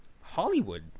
hollywood